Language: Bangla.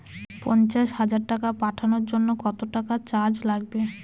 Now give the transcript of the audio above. পণ্চাশ হাজার টাকা পাঠানোর জন্য কত টাকা চার্জ লাগবে?